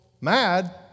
mad